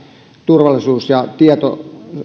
turvallisuus ja tieto